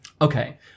Okay